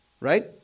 right